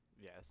Yes